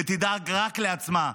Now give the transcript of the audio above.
ותדאג רק לעצמה,